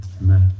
Amen